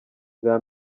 bwa